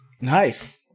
nice